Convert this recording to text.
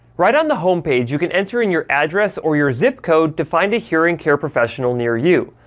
right on the home page, you can enter in your address or your zip code to find a hearing care professional near you.